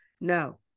no